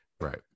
Right